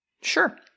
sure